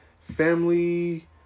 Family